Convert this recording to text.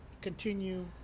continue –